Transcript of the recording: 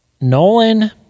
Nolan